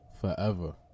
forever